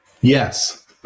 Yes